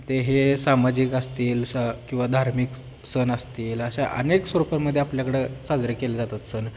ते हे सामाजिक असतील स किंवा धार्मिक सण असतील अशा अनेक स्वरुपामध्ये आपल्याकडं साजरे केले जातात सण